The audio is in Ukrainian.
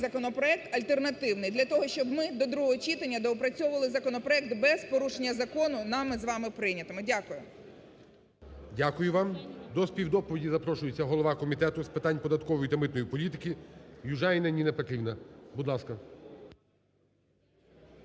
законопроект альтернативний для того, щоб ми до другого читання доопрацьовували законопроект без порушення закону нами з вами прийнятого. Дякую. ГОЛОВУЮЧИЙ. Дякую вам. До співдоповіді запрошується голова Комітету з питань податкової та митної політики Южаніна Ніна Петрівна. Будь ласка.